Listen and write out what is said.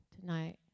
tonight